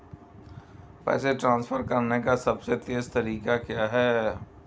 पैसे ट्रांसफर करने का सबसे तेज़ तरीका क्या है?